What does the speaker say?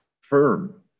firm